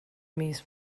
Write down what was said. mis